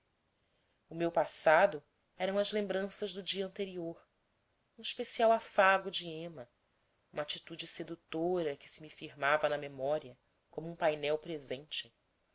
o meu passado eram as lembranças do dia anterior um especial afago de ema uma atitude sedutora que se me firmava na memória como um painel presente